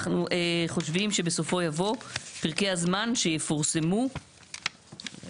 אנחנו חושבים שבסופו יבוא "פרקי הזמן שיפורסמו יאושרו,